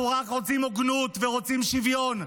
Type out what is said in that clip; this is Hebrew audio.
אנחנו רק רוצים הוגנות ורוצים שוויון,